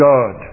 God